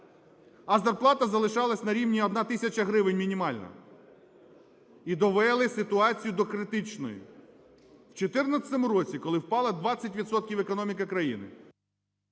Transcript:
а зарплата залишалась на рівні 1 тисяча гривень мінімальна, і довели ситуацію до критичної. В 14-у році, коли впало 20 відсотків економіки країни...